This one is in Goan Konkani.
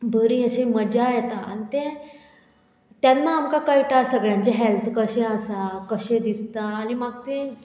बरी अशी मजा येता आनी तें तेन्ना आमकां कळटा सगळ्यांचे हेल्थ कशें आसा कशें दिसता आनी म्हाक तें